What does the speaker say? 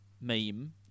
meme